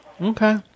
Okay